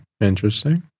interesting